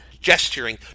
gesturing